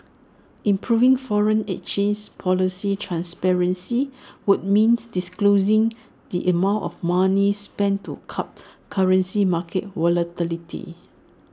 improving foreign exchange policy transparency would means disclosing the amount of money spent to curb currency market volatility